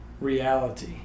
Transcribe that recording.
reality